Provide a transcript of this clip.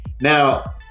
Now